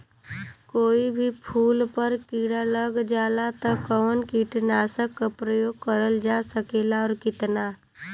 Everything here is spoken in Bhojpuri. कोई भी फूल पर कीड़ा लग जाला त कवन कीटनाशक क प्रयोग करल जा सकेला और कितना?